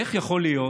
איך יכול להיות